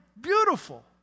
beautiful